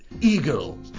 Eagle